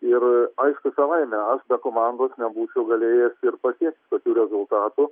ir aišku savaime aš be komandos nebūčiau galėjęs ir pasiekt tokių rezultatų